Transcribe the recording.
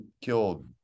killed